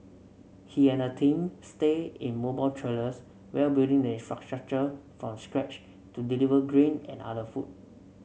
he and a Team Stayed in mobile trailers while building the infrastructure from scratch to deliver grain and other food